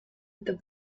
the